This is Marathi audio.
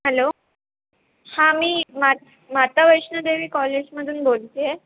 हॅलो हां मी मा माता वैष्णोदेवी कॉलेजमधून बोलते आहे